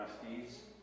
trustees